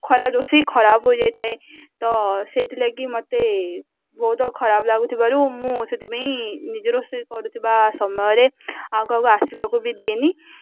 ଖରା ରୋଷେଇ ଖରାପ ହୋଇଯାଇଥାଏ ତ ସେଇଥିଲାଗି ମୋତେ ବହୁତ ଖରାପ ଲାଗୁଥିବାରୁ ମୁଁ ସେଥିପାଇଁ ନିଜ ରୋଷେଇ କରୁଥିବା ସମୟରେ ଆଉ କାହାକୁ ଆସିବାକୁ ବି ଦିଏନି